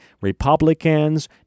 Republicans